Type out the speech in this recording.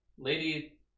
Lady